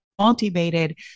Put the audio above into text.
motivated